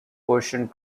quotient